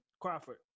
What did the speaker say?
Crawford